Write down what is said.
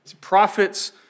prophets